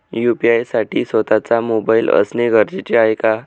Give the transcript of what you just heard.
UPI साठी स्वत:चा mobile असणे गरजेचे आहे का?